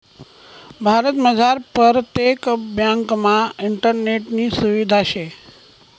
भारतमझार परतेक ब्यांकमा इंटरनेटनी सुविधा शे